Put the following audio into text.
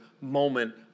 moment